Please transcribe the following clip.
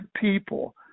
people